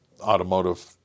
automotive